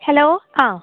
hello ആ